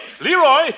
Leroy